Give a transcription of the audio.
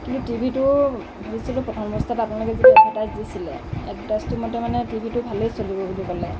কিন্তু টিভিটো লৈছিলোঁ প্ৰথম অৱস্থাত আপোনালোকে যি এডভেটাইজ দিছিলে এডভেটাইজটো মতে মানে টিভিটো ভালে চলিব বুলি ক'লে